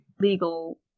legal